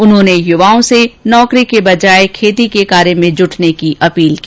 उन्होंने युवाओं से नौकरी के बजाय खेती के कार्य में जुटने की अपील की